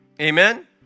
Amen